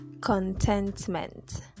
contentment